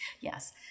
yes